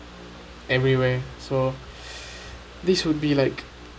everywhere so this would be like